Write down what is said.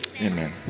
amen